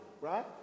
right